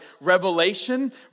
revelation